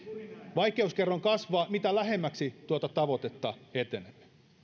vaikeuskerroin kasvaa mitä lähemmäksi tuota tavoitetta etenemme